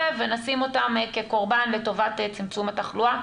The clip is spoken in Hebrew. ונשים אותם כקורבן לטובת צמצום התחלואה,